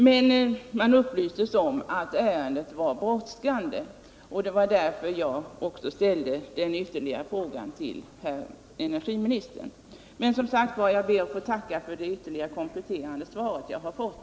Men man upplystes om att ärendet var brådskande, och det var därför jag ställde den här frågan till energiministern. Som sagt, jag ber att få tacka för det kompletterande svaret.